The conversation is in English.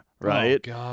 right